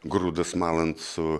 grūdus malant su